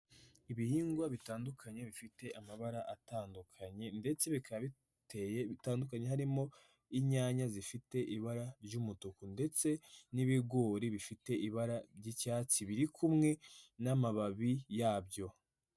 Ibihingwa bitandukanye bifite amabara atandukanye, ndetse bikaba biteye bitandukanye harimo, inyanya zifite ibara ry'umutuku ndetse n'ibigori bifite ibara ry'icyatsi biri kumwe, n'amababi yabyo.